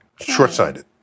Short-sighted